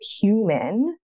human